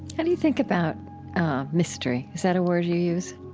how do you think about mystery? is that a word you use?